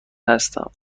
هستم